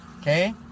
Okay